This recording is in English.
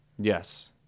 Yes